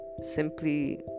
simply